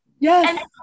Yes